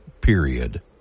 period